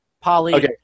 Polly